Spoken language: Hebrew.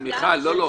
--- מיכל, לא, לא.